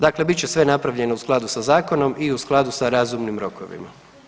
Dakle bit će sve napravljeno u skladu sa zakonom i u skladu sa razumnim rokovima.